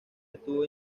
estuvo